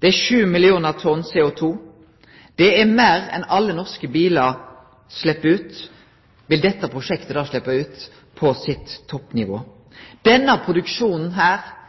Det er 7 millionar tonn CO2. Dette prosjektet vil på sitt toppnivå sleppe ut meir enn alle norske bilar slepper ut.